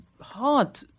hard